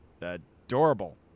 adorable